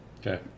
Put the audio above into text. Okay